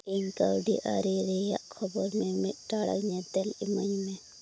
ᱤᱧ ᱠᱟᱹᱣᱰᱤ ᱟᱹᱨᱤ ᱨᱮᱭᱟᱜ ᱠᱷᱚᱵᱚᱨ ᱢᱤᱢᱤᱫ ᱴᱟᱲᱟᱝ ᱧᱮᱛᱮᱞ ᱤᱢᱟᱹᱧ ᱢᱮ